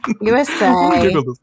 USA